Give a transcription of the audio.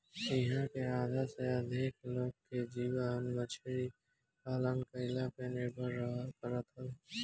इहां के आधा से अधिका लोग के जीवन मछरी पालन कईला पे निर्भर करत हवे